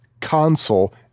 console